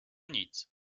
nic